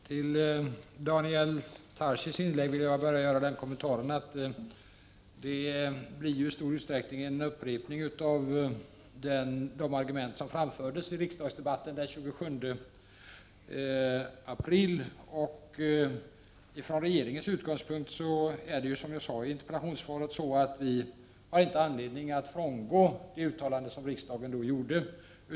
Fru talman! Till Daniel Tarschys inlägg vill jag bara göra den kommentaren att det här i stor utsträckning blir en upprepning av de argument som framfördes i riksdagsdebatten den 27 april i år. Regeringen har, som jag sade i interpellationssvaret, inte anledning att frångå det uttalande riksdagen då gjorde.